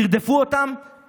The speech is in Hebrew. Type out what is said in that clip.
תרדפו אותם.